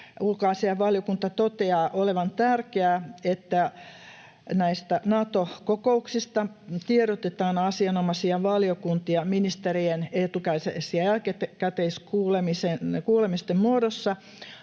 Ulkoasiainvaliokunta toteaa olevan tärkeää, että näistä Nato-kokouksista tiedotetaan asianomaisia valiokuntia ministerien etukäteis- ja jälkikäteiskuulemisten muodossa